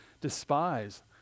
despise